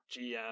GM